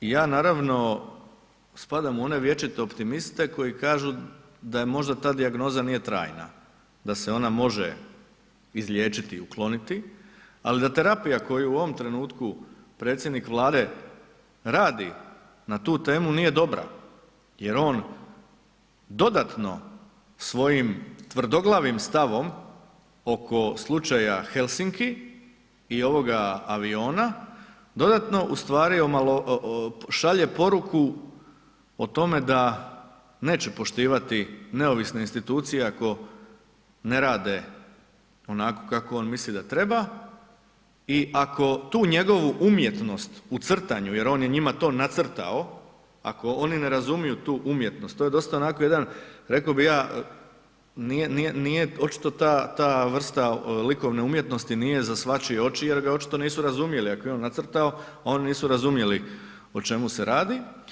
Ja naravno spadam u one vječite optimiste koji kažu da možda ta dijagnoza nije trajna, da se ona može izliječiti i ukloniti ali da terapija koja u ovom trenutku predsjednik Vlade radi na tu temu, nije dobra jer on dodatno svojim tvrdoglavim stavom oko slučaja Helsinki i ovoga aviona, dodatno ustvari šalje poruku o tome da neće poštivati neovisne institucije ako ne rade onako kako on misli da treba i ako tu njegovu umjetnost u crtanju jer on je njima to nacrtao, ako oni ne razumiju tu umjetnost, to je dosta onako jedan, rekao bi ja, nije očito ta vrsta likovne umjetnosti nije za svačije oči jer ga očito nisu razumjeli, ako je on nacrtao, oni nisu razumjeli o čemu se radi.